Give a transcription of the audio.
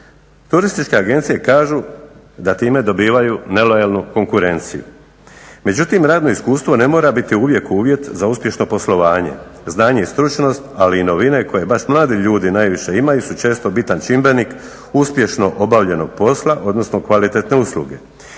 Turističke agencije kažu da time dobivaju nelojalnu konkurenciju. Međutim, radno iskustvo ne mora biti uvijek uvjet za uspješno poslovanje, znanje i stručnost ali i novine koje baš mladi ljudi najviše imaju su često bitan čimbenik uspješno obavljenog posla odnosno kvalitetne usluge.